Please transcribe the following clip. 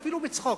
אפילו בצחוק.